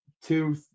two